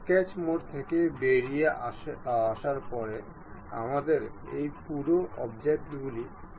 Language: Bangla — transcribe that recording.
তবে একটি রেফারেন্স তৈরি করার জন্য আমাদের আইটেমগুলি ঠিক করা দরকার